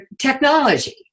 technology